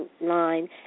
line